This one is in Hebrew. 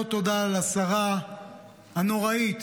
לא תודה לשרה הנוראית,